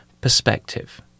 perspective